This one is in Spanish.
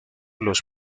los